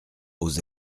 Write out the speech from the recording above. aux